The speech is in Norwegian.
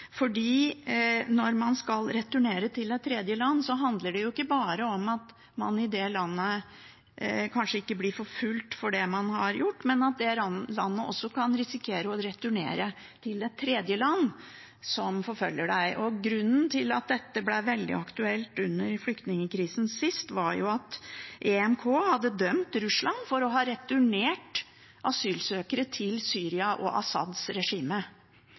når man skal returnere til et tredjeland, handler det ikke bare om at man i det landet kanskje ikke blir forfulgt for det man har gjort, men at man også kan risikere at det landet returnerer til et tredjeland som forfølger deg. Grunnen til at dette ble veldig aktuelt under flyktningkrisen sist, var at EMK hadde dømt Russland for å ha returnert asylsøkere til Syria og Assads regime.